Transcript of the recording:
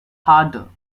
harder